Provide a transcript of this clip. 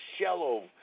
shallow